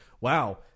wow